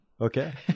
Okay